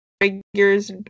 figures